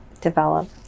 develop